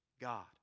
God